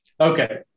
Okay